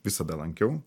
visada lankiau